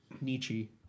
Nietzsche